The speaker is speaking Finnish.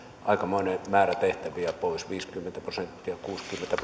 aikamoinen määrä tehtäviä pois viisikymmentä prosenttia kuusikymmentä